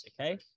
okay